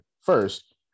first